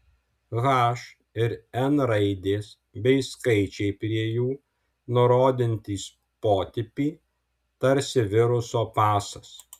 h ir n raidės bei skaičiai prie jų nurodantys potipį tarsi viruso pasas